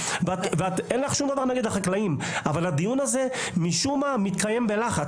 אין לך שום דבר נגד החקלאים אבל הדיון הזה משום מה מתקיים בלחץ.